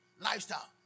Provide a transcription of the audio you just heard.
lifestyle